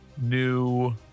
new